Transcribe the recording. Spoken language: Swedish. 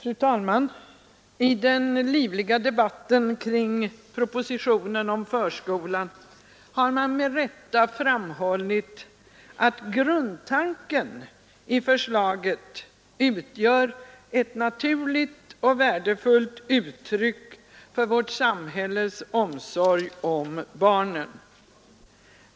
Fru talman! I den livliga debatten kring propositionen om förskolan har man med skäl framhållit att grundtanken i förslaget utgör ett naturligt och värdefullt uttryck för vårt samhälles omsorg om barnen.